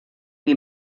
wie